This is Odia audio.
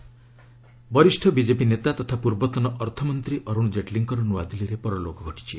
ଜେଟଲୀ ବରିଷ୍ଣ ବିଜେପି ନେତା ତଥା ପୂର୍ବତନ ଅର୍ଥମନ୍ତ୍ରୀ ଅରୁଣ ଜେଟଲୀଙ୍କର ନ୍ନଆଦିଲ୍ଲୀରେ ପରଲୋକ ଘଟିଛି